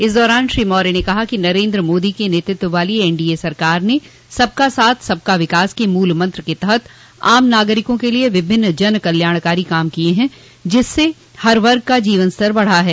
इस दौरान श्री मौर्य ने कहा कि नरेन्द्र मोदी के नेतृत्व वाली एनडीए सरकार ने सबका साथ सबका विकास के मूल मंत्र के तहत आम नागरिकों के लिये विभिन्न जन कल्याणकारी काम किये हैं जिससे हर वर्ग का जीवन स्तर बढ़ा है